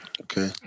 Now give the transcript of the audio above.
Okay